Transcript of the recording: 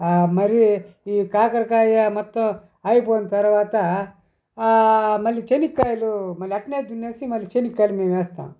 మరి ఈ కాకరకాయ మొత్తం అయిపోయిన తర్వాత మళ్ళీ చెనిక్కాయలు మళ్ళీ అట్లనే దున్నేసి చెనిక్కాయలు మేము వేస్తాము